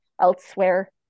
elsewhere